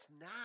now